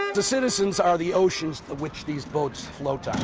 the citizens are the oceans of which these boats float um